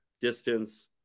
distance